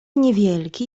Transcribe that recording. niewielki